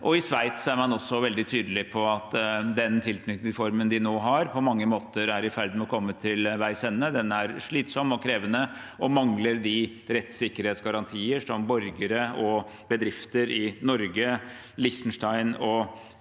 I Sveits er man også veldig tydelig på at den tilknytningsformen de nå har, på mange måter er i ferd med å komme til veis ende. Den er slitsom og krevende og mangler de rettssikkerhetsgarantier som borgere og bedrifter i Norge, Liechtenstein og